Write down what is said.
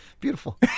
beautiful